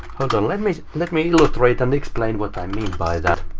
hold on, let me let me illustrate and explain what i mean by that.